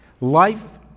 Life